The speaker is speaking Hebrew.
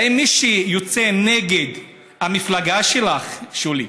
האם מי שיוצא נגד המפלגה שלך, שולי,